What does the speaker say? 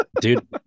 Dude